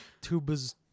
Tubas